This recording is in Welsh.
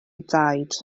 daid